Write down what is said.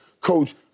Coach